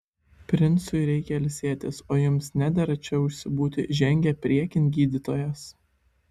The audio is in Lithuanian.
princui reikia ilsėtis o jums nedera čia užsibūti žengė priekin gydytojas